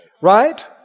Right